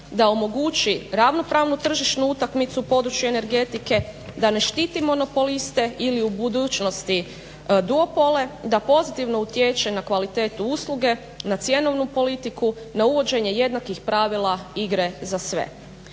da omogući ravnopravnu tržišnu utakmicu u području energetike, da ne štiti monopoliste ili u budućnosti duopole, da pozitivno utječe na kvalitetu usluge, na cjenovnu politiku, na uvođenje jednakih pravila igre za sve.